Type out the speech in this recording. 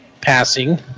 passing